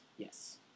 Yes